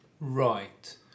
Right